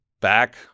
back